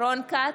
רון כץ,